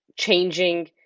changing